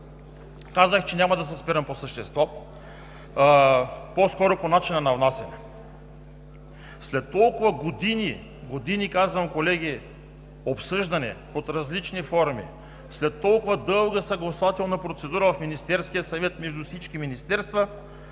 Казах, че няма да се спирам по същество, по-скоро по начина на внасяне. След толкова години – години, казвам, колеги, обсъждане под различни форми, след толкова дълга съгласувателна процедура в Министерския съвет между всички министерства,